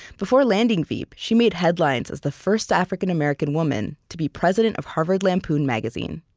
before landing veep, she made headlines as the first african-american woman to be president of harvard lampoon magazine